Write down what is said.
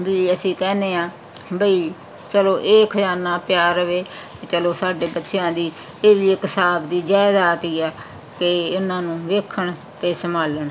ਵੀ ਅਸੀਂ ਕਹਿੰਦੇ ਹਾਂ ਬਈ ਚਲੋ ਇਹ ਖ਼ਜ਼ਾਨਾ ਪਿਆ ਰਹੇ ਚਲੋ ਸਾਡੇ ਬੱਚਿਆਂ ਦੀ ਇਹ ਵੀ ਇੱਕ ਹਿਸਾਬ ਦੀ ਜਾਇਦਾਦ ਹੀ ਹੈ ਕਿ ਉਹਨਾਂ ਨੂੰ ਵੇਖਣ ਅਤੇ ਸੰਭਾਲਣ